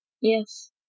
Yes